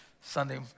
Sunday